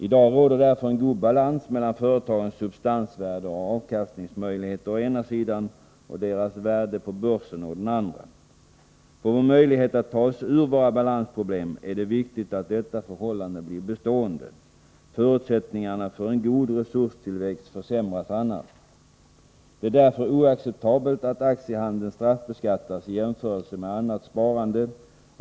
I dag råder därför en god balans mellan företagens substansvärde och avkastningsmöjligheter å ena sidan och deras värde på börsen å den andra. För vår möjlighet att ta oss ur våra balansproblem är det viktigt att detta förhållande blir bestående. Förutsättningarna för en god resurstillväxt försämras annars. Det är därför oacceptabelt att aktiehandeln straffbeskattas i jämförelse med annat sparande.